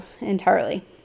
entirely